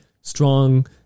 strong